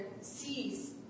sees